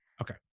Okay